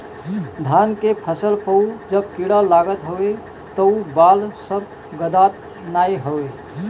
धान के फसल पअ जब कीड़ा लागत हवे तअ बाल सब गदात नाइ हवे